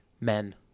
men